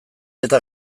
eta